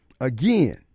again